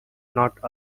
not